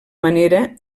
manera